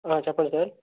ఆ చెప్పండి సార్